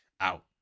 out